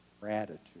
gratitude